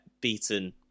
beaten